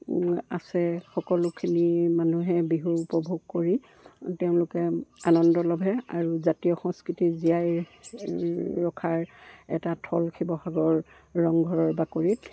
আছে সকলোখিনি মানুহে বিহুৰ উপভোগ কৰি তেওঁলোকে আনন্দ ল'ভে আৰু জাতীয় সংস্কৃতি জীয়াই ৰখাৰ এটা থল শিৱসাগৰ ৰংঘৰৰ বাকৰিত